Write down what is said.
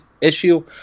issue